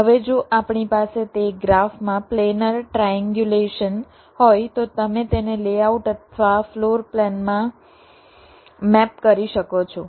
હવે જો આપણી પાસે તે ગ્રાફમાં પ્લેનર ટ્રાએન્ગ્યુલેશન હોય તો તમે તેને લેઆઉટ અથવા ફ્લોર પ્લાનમાં મેપ કરી શકો છો